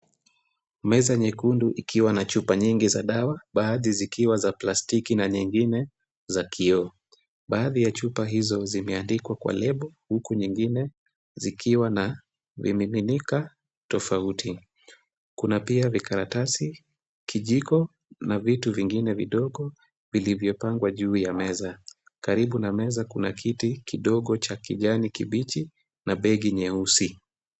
Meza nyekundu ikiwa na chupa nyingi za dawa, baadhi zikiwa za plastiki na nyingine, za kioo. Baadhi ya chupa hizo zimeandikwa kwa lebo huku nyingine, zikiwa na vimiminika tofauti. Kuna pia vikaratasi kijiko na vitu vingine vidogo, vilivyopangwa juu ya meza. Karibu na meza kuna kiti dogo cha kijani kibichi na begi nyeusi.